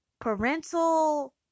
parental